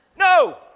No